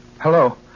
Hello